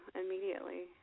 immediately